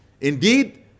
Indeed